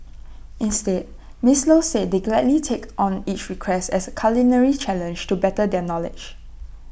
instead miss low said they gladly take on each request as A culinary challenge to better their knowledge